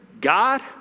God